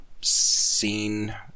seen